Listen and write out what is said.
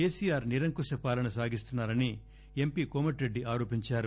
కేసీఆర్ నిరంకుశపాలన సాగిస్తున్నారని ఎంపీ కోమటిరెడ్డి ఆరోపించారు